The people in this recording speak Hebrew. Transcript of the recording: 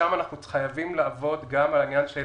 שם אנחנו חייבים לעבוד גם על העניין של